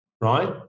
right